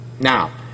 Now